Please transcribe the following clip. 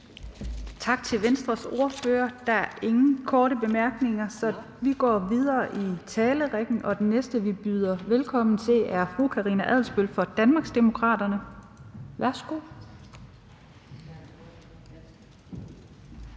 Tak til Venstres ordfører. Der er ingen korte bemærkninger, så vi går videre i talerrækken, og den næste, vi byder velkommen til, er fru Karina Adsbøl fra Danmarksdemokraterne. Værsgo.